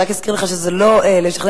אני רק אזכיר לך שזה לא לשכנע,